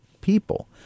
people